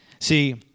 See